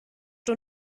den